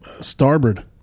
Starboard